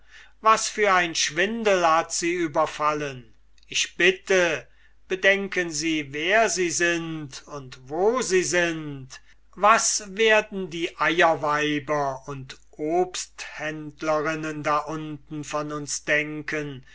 was für ein schwindel hat sie überfallen ich bitte bedenken sie wer sie sind und wo sie sind was werden die eierweiber und obsthändlerinnen da unten von uns denken